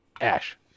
Ash